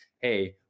hey